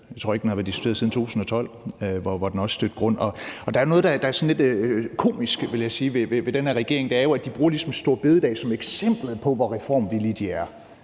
jeg tror ikke, den har været diskuteret siden 2012, hvor den også stødte på grund. Der er noget, der er sådan lidt komisk, vil jeg sige, ved den her regering, og det er jo, at de ligesom bruger store bededag som eksemplet på, hvor reformvillige de er.